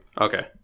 Okay